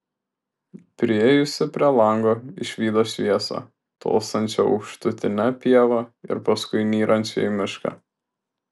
priėjusi prie lango išvydo šviesą tolstančią aukštutine pieva ir paskui nyrančią į mišką